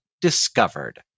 discovered